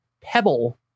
Pebble